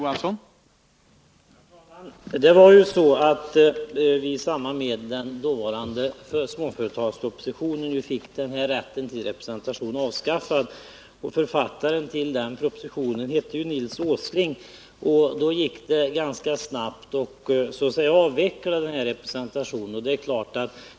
Herr talman! I samband med småföretagspropositionen — författaren till den var Nils Åsling — avskaffades ju rätten till representation. Då gick det ganska snabbt att avveckla representationen.